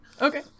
Okay